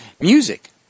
Music